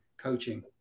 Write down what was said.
coaching